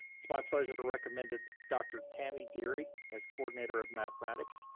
it's my pleasure to recommend and dr. tammy dery as coordinator of mathematics.